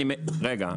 רגע.